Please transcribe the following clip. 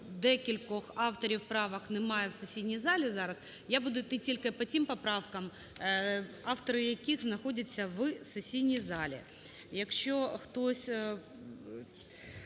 декількох авторів правок немає в сесійній залі зараз, я буду йти тільки по тим поправкам, автори яких знаходяться в сесійній залі. Якщо хтось